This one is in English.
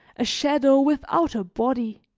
a shadow without a body,